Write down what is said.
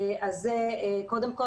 אז זה קודם כל.